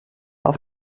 auf